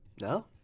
No